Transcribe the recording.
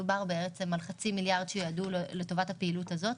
דובר על חצי מיליארד שיועדו לטובת הפעילות הזו.